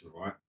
right